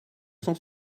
cent